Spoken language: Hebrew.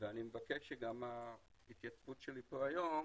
ואני מבקש שההתייצבות שלי פה היום